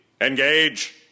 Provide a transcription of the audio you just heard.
engage